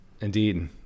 Indeed